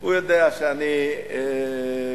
הוא יודע שאני בסדר.